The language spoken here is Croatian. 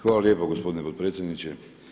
Hvala lijepa gospodine potpredsjedniče.